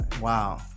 Wow